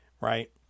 right